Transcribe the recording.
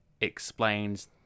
explains